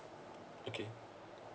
okay